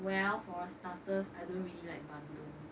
well for starters I don't really like bandung